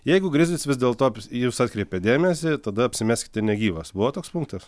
jeigu grizlis vis dėlto į jus atkreipė dėmesį tada apsimeskite negyvas buvo toks punktas